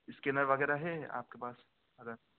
scanner وغیرہ ہے آپ کے پاس اگر